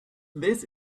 this